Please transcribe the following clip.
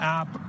app